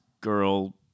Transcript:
girl